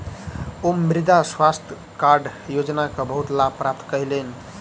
ओ मृदा स्वास्थ्य कार्ड योजना के बहुत लाभ प्राप्त कयलह्नि